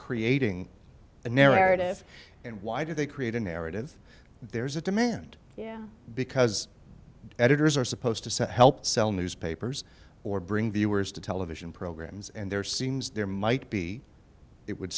creating a narrative and why do they create a narrative there's a demand because editors are supposed to set help sell newspapers or bring viewers to television programs and there seems there might be it would